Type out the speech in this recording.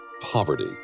Poverty